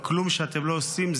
בכלום שאתם לא עושים,